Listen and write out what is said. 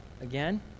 again